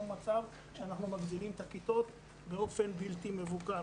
מצב שאנחנו מגדילים את הכיתות באופן בלתי מבוקר.